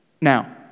Now